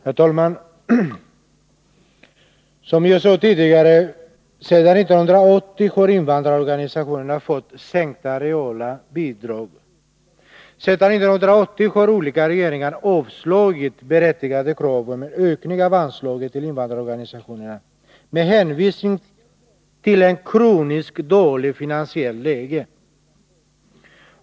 Herr talman! Som jag sade tidigare har invandrarorganisationerna sedan 1980 fått sänkta reala bidrag. Sedan 1980 har olika regeringar avvisat berättigade krav på en ökning av anslagen till invandrarorganisationerna, med hänvisning till ett kroniskt dåligt finansiellt läge.